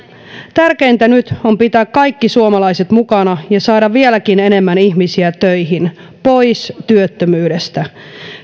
tärkeintä nyt on pitää kaikki suomalaiset mukana ja saada vieläkin enemmän ihmisiä töihin pois työttömyydestä